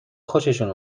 خوششون